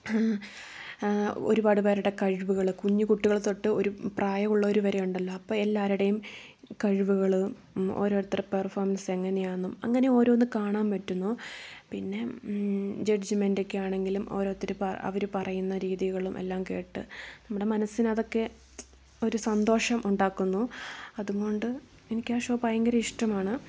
ഒരുപാട് പേരുടെ കഴിവുകൾ കുഞ്ഞി കുട്ടികൾ തൊട്ട് ഒരു പ്രായമുള്ളവർ വരെ ഉണ്ടല്ലോ അപ്പോൾ എല്ലാരുടെയും കഴിവുകൾ ഓരോരുത്തരുടെ പെർഫോമൻസ് എങ്ങനെയാണെന്നും അങ്ങനെ ഓരോന്ന് കാണാൻ പറ്റുന്നു പിന്നെ ജഡ്ജ്മെൻ്റ് ഒക്കെയാണെങ്കിലും ഓരോരുത്തർ അവർ പറയുന്ന രീതികളും എല്ലാം കേട്ട് നമ്മുടെ മനസ്സിന് അതൊക്കെ ഒരു സന്തോഷം ഉണ്ടാക്കുന്നു അതുകൊണ്ട് എനിക്ക് ആ ഷോ ഭയങ്കര ഇഷ്ടമാണ്